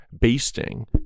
basting